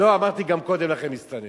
לא, אמרתי גם קודם לכן מסתננים.